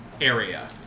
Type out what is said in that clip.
area